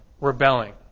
rebelling